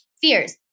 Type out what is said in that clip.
Fears